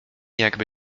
jakby